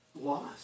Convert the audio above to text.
lost